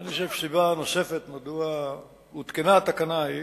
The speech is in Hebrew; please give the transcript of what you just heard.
אני חושב שסיבה נוספת, מדוע הותקנה התקנה,